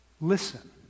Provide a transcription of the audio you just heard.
Listen